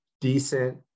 decent